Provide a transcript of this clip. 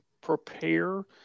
prepare